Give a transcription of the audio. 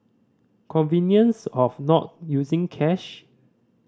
convenience of not using cash